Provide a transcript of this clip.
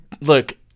Look